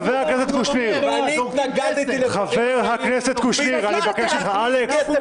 חבר הכנסת קושניר ------ ואני